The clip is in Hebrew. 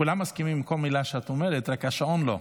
כולם מסכימים לכל מילה שאת אומרת, רק השעון לא.